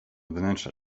wnętrza